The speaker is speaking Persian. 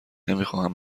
نمیخواهم